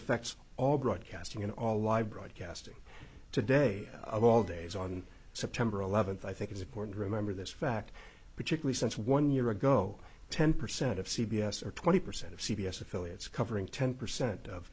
affects all broadcasting in all live broadcasting today of all days on september eleventh i think it's important to remember this fact particularly since one year ago ten percent of c b s or twenty percent of c b s affiliates covering ten percent of